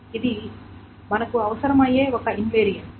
ఇది మనకు అవసరమయ్యే ఒక ఇన్ వేరియంట్